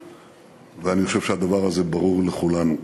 ואני חושב שהדבר הזה ברור לכולנו.